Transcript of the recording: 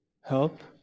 help